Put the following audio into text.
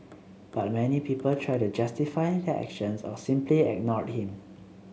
but many people try to justify their actions or simply ignored him